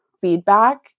feedback